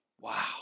Wow